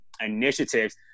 initiatives